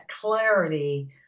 clarity